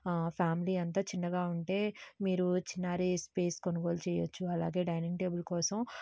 family అంత చిన్నగా ఉంటే మీరు చిన్నారి స్పేస్ కొనుగోలు చేయవచ్చు అలాగే డైనింగ్ టేబుల్ కోసం